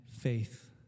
faith